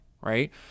right